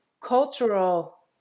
cultural